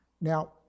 Now